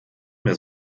mehr